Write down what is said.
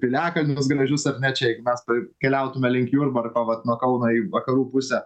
piliakalnius gražus ar ne čia jeigu mes pa keliautume link jurbarko vat nuo kauno į vakarų pusę